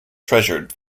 treasured